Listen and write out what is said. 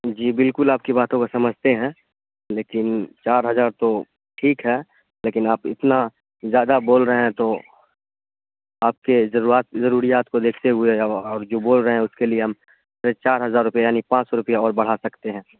جی بالکل آپ کی باتوں کو سمجھتے ہیں لیکن چار ہزار تو ٹھیک ہے لیکن آپ اتنا زیادہ بول رہے ہیں تو آپ کے جذبات ضروریات کو دیکھتے ہوئے اور جو بول رہے ہیں اس کے لیے ہم ساڑھے چار ہزار روپیہ یعنی پانچ سو روپیہ اور بڑھا سکتے ہیں